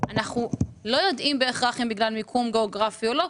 אנחנו לא יודעים בהכרח אם בגלל מיקום גיאוגרפי או לא,